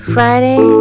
Friday